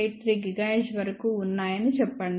483 GHz వరకు ఉన్నాయని చెప్పండి